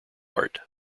art